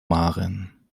maren